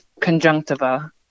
conjunctiva